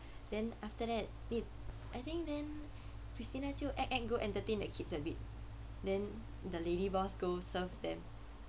then after that I think then christina go act act entertain the kids a bit then the lady boss go serve them